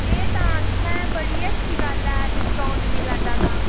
एह् तां तुसें बड़ी अच्छी गल्ल ऐ डिस्काउंट मिलै दा तां